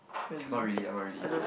okay not really ah not really